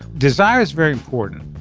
desire is very important.